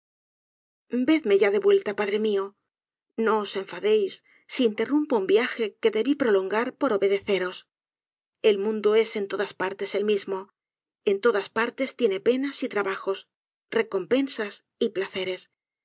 vedme ya de vuelta padre mío no os enfadéis si interrumpo un viaje que debí prolongar por obedeceros el mundo es en todas partes el mismo en todas partes tiene penas y trabajos recompensas y placeres